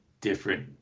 different